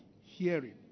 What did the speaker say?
hearing